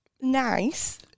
Nice